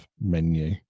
menu